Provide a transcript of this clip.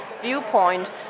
Viewpoint